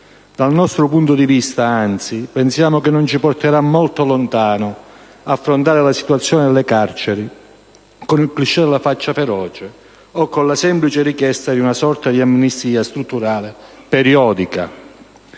Dal nostro punto di vista, anzi, pensiamo che non ci porterà molto lontano affrontare la situazione delle carceri con il *cliché* della faccia feroce o con la semplice richiesta di una sorta di amnistia strutturale periodica.